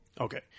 Okay